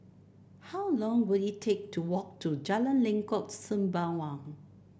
how long will it take to walk to Jalan Lengkok Sembawang